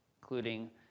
including